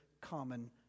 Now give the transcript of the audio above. common